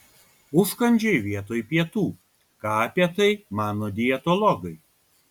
užkandžiai vietoj pietų ką apie tai mano dietologai